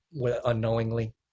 unknowingly